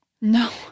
No